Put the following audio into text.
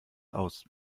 aus